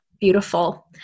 Beautiful